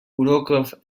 уроков